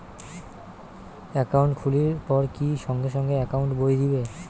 Account খুলির পর কি সঙ্গে সঙ্গে একাউন্ট বই দিবে?